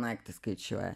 naktį skaičiuoja